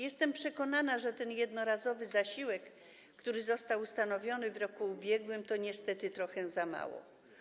Jestem przekonana, że ten jednorazowy zasiłek, który został ustanowiony w roku ubiegłym, to niestety trochę za mało.